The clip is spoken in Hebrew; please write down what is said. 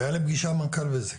היה לי פגישה עם מנכ"ל בזק.